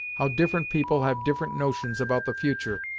how different people have different notions about the futur',